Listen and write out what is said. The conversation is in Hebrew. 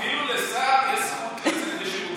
אפילו לשר יש זכות לצאת לשירותים לשלוש דקות.